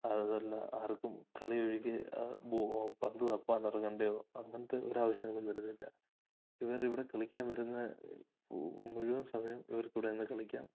അതല്ല ആർക്കും കളി ഒഴികെ പന്തു തപ്പാൻ ഇറങ്ങേണ്ടതോ അങ്ങനത്തെ ഒരു ആവശ്യങ്ങൾ വരുന്നില്ല ഇവരിവിടെ കളിക്കാൻ വരുന്ന മുഴുവൻ സമയവും ഇവർക്കിവിടെ നിന്ന് കളിക്കാം